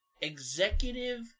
Executive